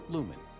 Lumen